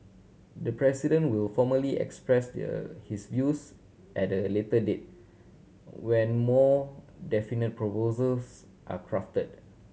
the President will formally express their his views at a later date when more definite proposals are crafted